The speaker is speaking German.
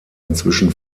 inzwischen